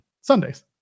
sundays